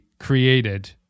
created